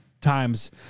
times